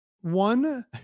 one